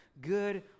good